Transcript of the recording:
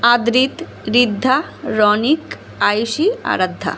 Adrit Riddha Ronik Ayushi Aradhya